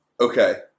Okay